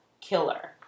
Killer